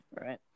right